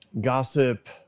gossip